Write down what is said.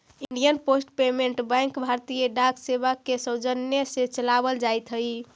Indian post payment bank भारतीय डाक सेवा के सौजन्य से चलावल जाइत हइ